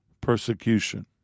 persecution